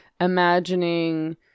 imagining